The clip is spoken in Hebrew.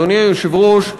אדוני היושב-ראש,